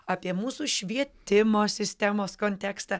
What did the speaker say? apie mūsų švietimo sistemos kontekstą